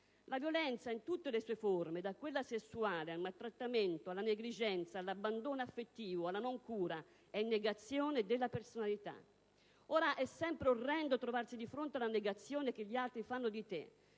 La violenza, in tutte le sue forme, da quella sessuale al maltrattamento, alla negligenza, all'abbandono affettivo, alla non cura, è negazione della personalità. Ora, è sempre orrendo trovarsi di fronte alla negazione che gli altri fanno di te,